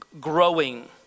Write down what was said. growing